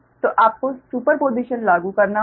तो आपको सुपरपोजिशन लागू करना होगा